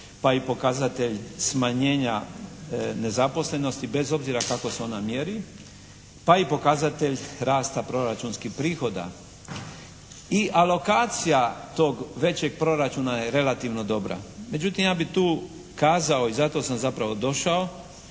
pa i pokazatelj smanjenja nezaposlenosti bez obzira kako se ona mjeri pa i pokazatelj rasta proračunskih prihoda. I alokacija tog većeg proračuna je relativno dobra. Međutim, ja bih tu kazao i zato sam zapravo došao